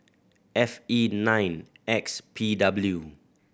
F E nine X P W